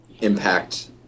impact